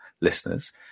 listeners